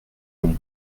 l’on